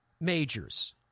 majors